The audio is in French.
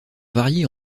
varier